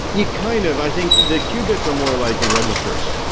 yeah kind of. i think the qubits are more like the registers,